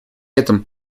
этом